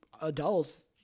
adults